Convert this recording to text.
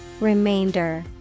Remainder